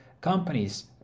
companies